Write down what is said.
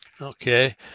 Okay